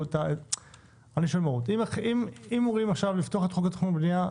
אם אמורים לפתוח עכשיו את חוק התכנון והבנייה,